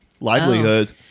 livelihood